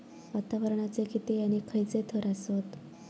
वातावरणाचे किती आणि खैयचे थर आसत?